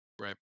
Right